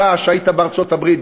אתה שהיית בארצות-הברית,